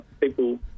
people